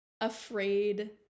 afraid